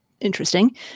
Interesting